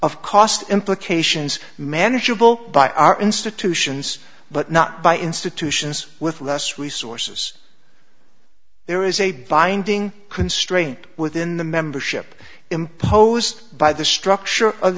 of cost implications manageable by our institutions but not by institutions with less resources there is a binding constraint within the membership imposed by the structure of